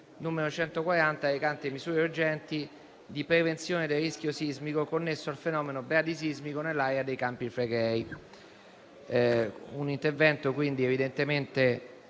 n. 140 recante misure urgenti di prevenzione del rischio sismico connesso al fenomeno bradisismico nell'area dei Campi Flegrei. È un intervento, quindi, evidentemente